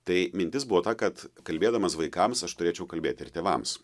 tai mintis buvo ta kad kalbėdamas vaikams aš turėčiau kalbėti ir tėvams